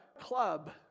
club